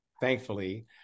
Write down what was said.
thankfully